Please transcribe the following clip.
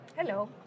Hello